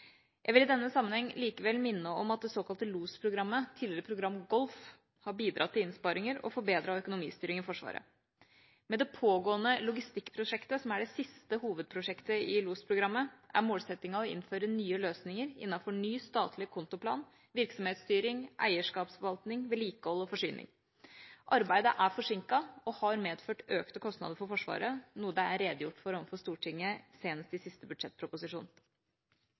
Jeg vil i denne sammenheng likevel minne om at det såkalte LOS-programmet – tidligere Program Golf – har bidratt til innsparinger og forbedret økonomistyring i Forsvaret. Med det pågående logistikkprosjektet, som er det siste hovedprosjektet i LOS-programmet, er målsettingen å innføre nye løsninger innenfor ny statlig kontoplan, virksomhetsstyring, eierskapsforvaltning, vedlikehold og forsyning. Arbeidet er forsinket og har medført økte kostnader for Forsvaret, noe det ble redegjort for overfor Stortinget senest i siste